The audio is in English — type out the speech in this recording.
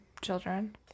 children